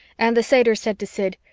and the satyr said to sid,